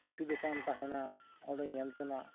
ᱯᱩᱛᱷᱤ ᱫᱚᱠᱟᱱ ᱛᱟᱦᱮᱱᱟ ᱚᱸᱰᱮ ᱧᱮᱞ ᱛᱮᱱᱟᱜ